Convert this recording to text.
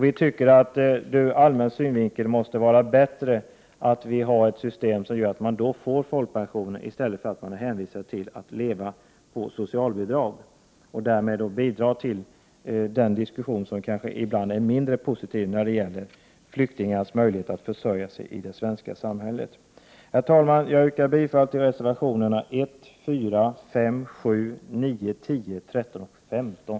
Vi menar att det ur allmän synvinkel måste vara bättre med ett system som gör att man får folkpension i stället för att vara hänvisad till att leva på socialbidrag och därmed bidra till en ibland kanske mindre positiv diskussion om flyktingars möjlighet att försörja sig i det svenska samhället. Herr talman! Jag yrkar bifall till reservationerna 1,4,5,7,9, 10, 13 och 15.